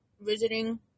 visiting